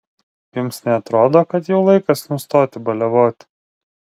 jums neatrodo kad jau laikas nustoti baliavoti